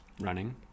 Running